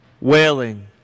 wailing